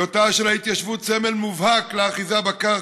והיותה של ההתיישבות סמל מובהק לאחיזה בקרקע: